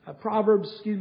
Proverbs